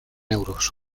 euros